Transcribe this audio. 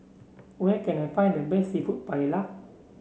where can I find the best seafood Paella